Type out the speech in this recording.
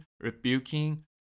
rebuking